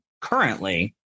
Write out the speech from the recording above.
currently